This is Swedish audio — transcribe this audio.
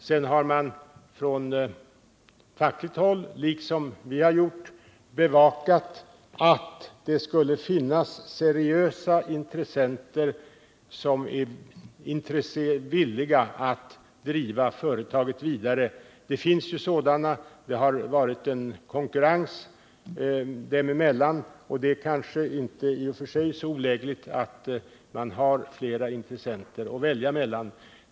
Sedan har man från fackligt håll, liksom från regeringen, bevakat att det skulle finnas seriösa intressenter som är villiga att driva företaget vidare. Det finns ju sådana. Det har varit en konkurrens dem emellan, och det är kanske i och för sig inte så olägligt att ha flera intressenter att välja emellan.